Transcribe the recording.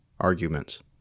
arguments